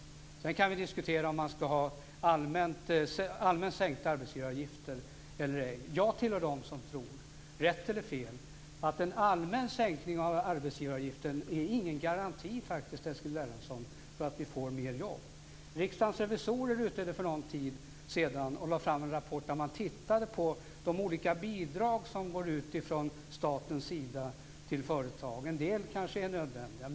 Sedan kan vi diskutera om man ska ha allmänt sänkta arbetsgivaravgifter eller ej. Jag tillhör dem som tror, rätt eller fel, att en allmän sänkning av arbetsgivaravgifterna inte är någon garanti för att vi får mer jobb, Eskil Erlandsson. Riksdagens revisorer gjorde för en tid sedan en utredning och lade fram en rapport där man hade tittat på de olika bidrag som går ut från statens sida till företagen. En del kanske är nödvändiga.